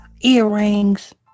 earrings